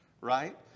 right